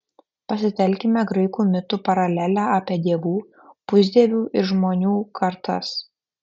pasitelkime graikų mitų paralelę apie dievų pusdievių ir žmonių kartas